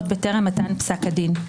עוד בטרם מתן פסק דין.